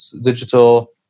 digital